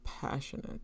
passionate